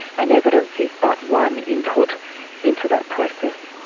and evidence is but one input into that process.